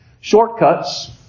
Shortcuts